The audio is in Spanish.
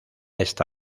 esta